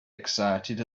excited